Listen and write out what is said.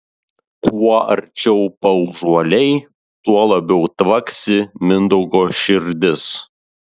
kuo arčiau paužuoliai tuo labiau tvaksi mindaugo širdis